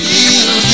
Feel